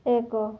ଏକ